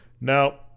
Now